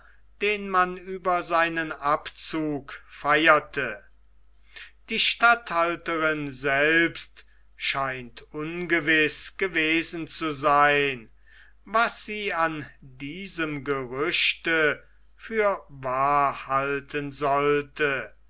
den man über seinen abzug feierte die statthalterin selbst scheint ungewiß gewesen zu sein was sie an diesem gerüchte für wahr halten sollte